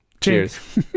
Cheers